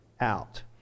out